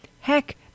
Heck